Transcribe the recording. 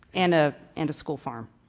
and ah and a school farm.